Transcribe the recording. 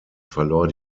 verlor